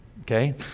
okay